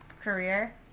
career